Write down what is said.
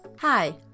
Hi